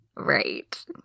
Right